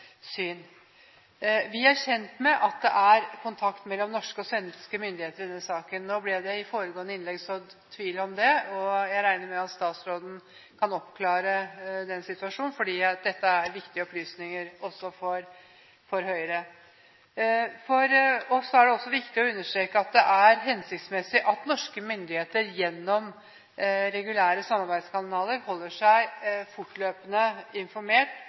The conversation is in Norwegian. Vi er kjent med at det er kontakt mellom norske og svenske myndigheter i denne saken. Nå ble det i foregående innlegg sådd tvil om det, og jeg regner med at statsråden kan oppklare den situasjonen, fordi dette er viktige opplysninger også for Høyre. For oss er det viktig å understreke at det er hensiktsmessig at norske myndigheter gjennom regulære samarbeidskanaler holder seg fortløpende informert